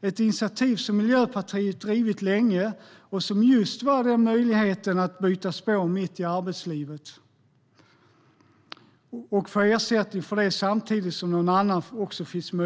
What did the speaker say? Det är ett initiativ som Miljöpartiet har drivit länge och som just ger möjligheten att byta spår mitt i arbetslivet, få ersättning för det samtidigt som någon annan får